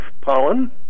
pollen